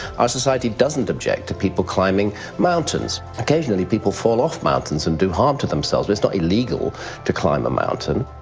our society doesn't object to people climbing mountains. occasionally people fall off mountains and do harm to themselves, but it's not illegal to climb a mountain.